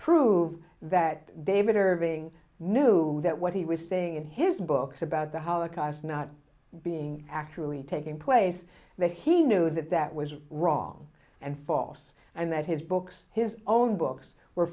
prove that david irving knew that what he was saying in his books about the holocaust not being actually taking place that he knew that that was wrong and false and that his books his own book looks were